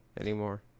anymore